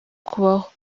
kubaho